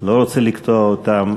לא רוצה לקטוע אותם,